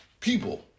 people